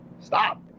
stop